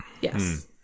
Yes